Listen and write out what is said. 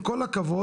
עם כל הכבוד,